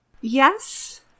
Yes